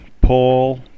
Paul